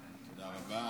תודה רבה.